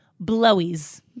blowies